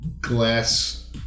glass